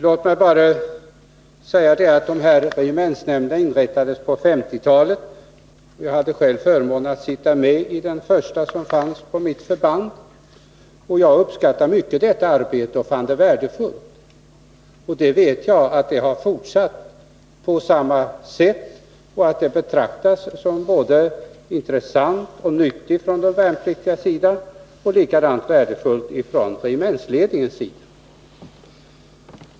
Regementsnämnder inrättades på 1950-talet. Jag hade själv förmånen att sitta med i den första som fanns på mitt förband. Jag uppskattade mycket detta arbete och fann det värdefullt, och jag vet att det har fortsatt på samma sätt och att det betraktas som intressant och nyttigt såväl av de värnpliktiga som av regementsledningen.